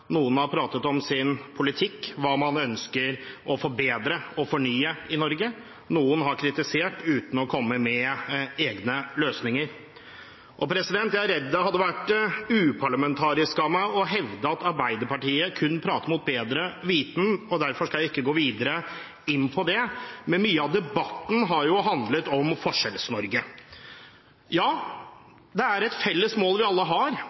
Noen har pratet om sin politikk, hva man ønsker å forbedre og fornye i Norge, noen har kritisert uten å komme med egne løsninger. Og jeg er redd det hadde vært uparlamentarisk av meg å hevde at Arbeiderpartiet kun prater mot bedre vitende, derfor skal jeg ikke gå videre inn på det. Mye av debatten har handlet om Forskjells-Norge. Ja, det er et felles mål vi alle har